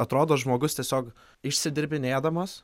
atrodo žmogus tiesiog išsidirbinėdamas